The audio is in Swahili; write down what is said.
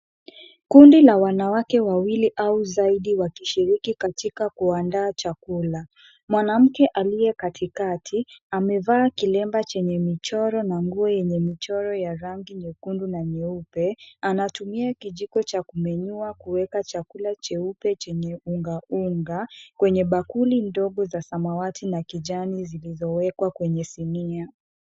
Kundi la wanawake wawili au zaidi wakishiriki katika kuandaa chakula. Mwanamke aliye katikati amevaa kilemba chenye michoro na nguo yenye michoro ya rangi nyekundu na nyeupe anatumia kijiko cha kuminyua kuweka chakula cheupe chenye ungaunga kwenye bakuli ndogo za samawati na kijani zilizowekwa kwenye sinia.